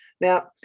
Now